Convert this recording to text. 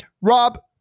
Rob